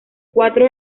cuatro